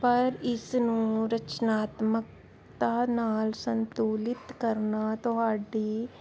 ਪਰ ਇਸ ਨੂੰ ਰਚਨਾਤਮਕਤਾ ਨਾਲ ਸੰਤੁਲਿਤ ਕਰਨਾ ਤੁਹਾਡੀ